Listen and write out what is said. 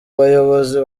bayobozi